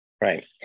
Right